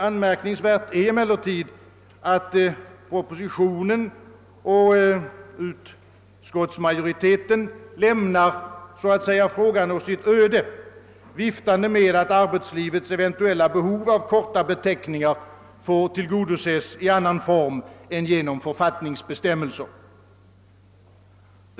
Anmärkningsvärt är emellertid att departementschefen och utskottsmajoriteten så att säga lämnar frågan åt dess öde, viftande med att arbetslivets »eventuella« behov av kortare beteckningar får tillgodoses i annan form än genom författningsbestämmelser.